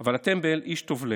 אבל הטמבל, איש טוב לב,